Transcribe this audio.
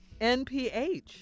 NPH